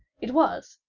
it was,